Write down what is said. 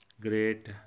great